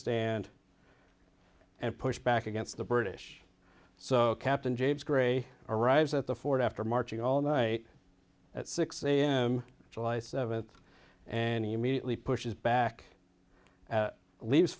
stand and push back against the british so captain james gray arrives at the fort after marching all night at six am july seventh and he immediately pushes back at least